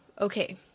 Okay